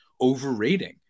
overrating